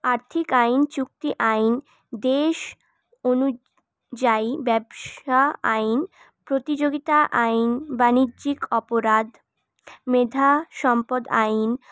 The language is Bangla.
আর্থিক আইন চুক্তি আইন দেশ অনুযায়ী ব্যবসা আইন প্রতিযোগিতা আইন বাণিজ্যিক অপরাধ মেধা সম্পদ আইন